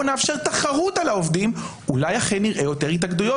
נאפשר תחרות על העובדים ואולי אכן נראה יותר התאגדויות.